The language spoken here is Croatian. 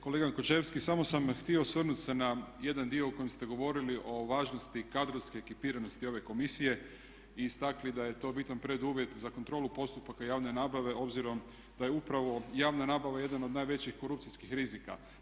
Kolega Končevski, samo sam htio se osvrnut na jedan dio u kojem ste govorili o važnosti kadrovske ekipiranosti ove Komisije i istakli da je to bitan preduvjet za kontrolu postupaka javne nabave, obzirom da je upravo javna nabava jedan od najvećih korupcijskih rizika.